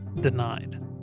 denied